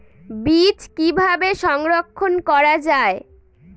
বীজ কিভাবে সংরক্ষণ করা যায়?